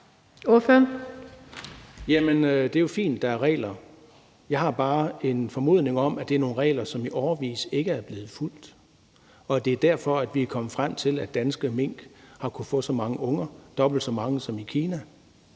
det er jo fint, at der er regler; jeg har bare en formodning om, at det er nogle regler, som i årevis ikke er blevet fulgt, og at det er derfor, vi er kommet frem til, at danske mink har kunnet få så mange unger, dobbelt så mange som i Kina.